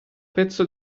pezzo